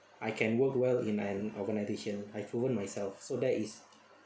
I can work well in an organisation I proven myself so that is